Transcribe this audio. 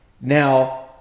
Now